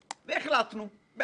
איך נאמר: הפרוצדורה.